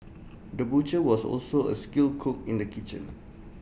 the butcher was also A skilled cook in the kitchen